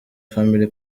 family